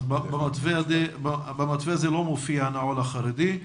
אז במתווה הזה לא מופיע הנעול החרדי.